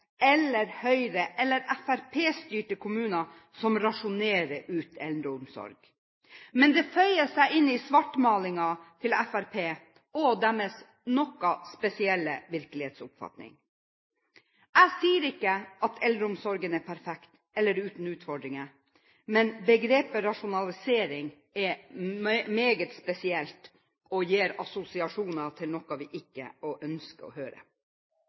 eller fremskrittspartistyrte kommuner, som rasjonerer ut eldreomsorg. Men det føyer seg inn i svartmalingen fra Fremskrittspartiet og deres noe spesielle virkelighetsoppfatning. Jeg sier ikke at eldreomsorgen er perfekt eller uten utfordringer, men begrepet «rasjonalisering» er meget spesielt og gir assosiasjoner til noe vi ikke ønsker å høre.